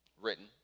written